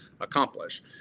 accomplish